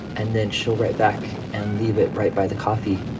and then she'll write back and leave it right by the coffee.